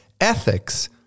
ethics